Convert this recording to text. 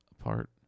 Apart